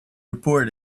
report